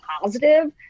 positive